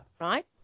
Right